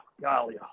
golly